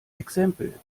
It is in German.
exempel